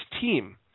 team